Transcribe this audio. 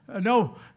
No